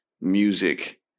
music